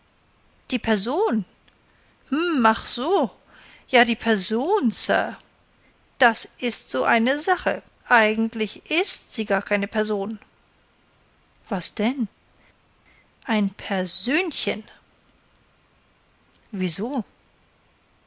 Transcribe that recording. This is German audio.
die person hm ach so ja die person sir das ist so eine sache eigentlich ist sie gar keine person was denn ein persönchen wieso